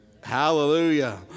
Hallelujah